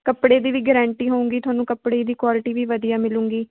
ਕੱਪੜੇ ਦੀ ਵੀ ਗਰੰਟੀ ਹੋਵੇਗੀ ਤੁਹਾਨੂੰ ਕੱਪੜੇ ਦੀ ਕੁਆਲਟੀ ਵੀ ਵਧੀਆ ਮਿਲੇਗੀ